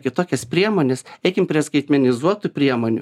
kitokias priemones eikim prie skaitmenizuotų priemonių